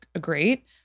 great